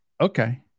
okay